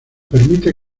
permite